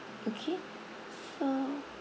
okay so